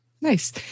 Nice